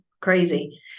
crazy